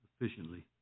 efficiently